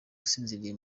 asinziriye